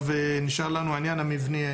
נשאר לנו עניין המבנה.